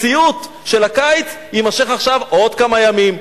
הסיוט של הקיץ יימשך עכשיו עוד כמה ימים.